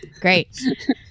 Great